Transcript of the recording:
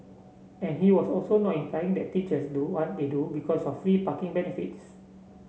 and he was also not implying that teachers do what they do because of free parking benefits